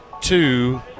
two